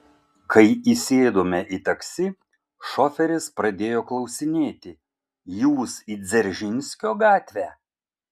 kai įsėdome į taksi šoferis pradėjo klausinėti jūs į dzeržinskio gatvę